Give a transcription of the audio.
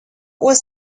was